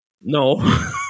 No